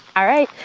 all right.